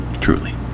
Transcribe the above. Truly